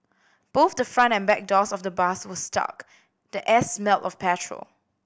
both the front and back doors of the bus were stuck the air smelled of petrol